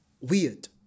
weird